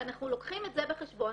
כשאנחנו לוקחים את זה בחשבון,